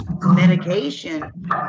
medication